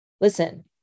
listen